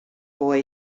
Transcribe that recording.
boy